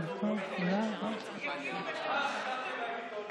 התשפ"ב 2021, לוועדת הכלכלה נתקבלה.